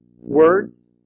words